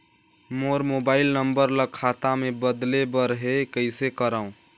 मोर mobile number ल खाता मे बदले बर हे कइसे करव?